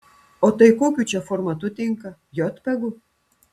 o tai kokiu čia formatu tinka jotpegu